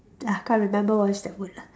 ah can't remember what is that word lah